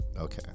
okay